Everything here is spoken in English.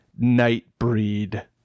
nightbreed